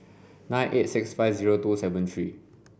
nine eight six five zero two seven three